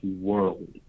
world